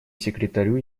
секретарю